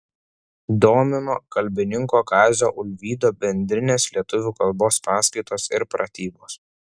domino kalbininko kazio ulvydo bendrinės lietuvių kalbos paskaitos ir pratybos